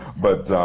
but